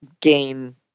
gain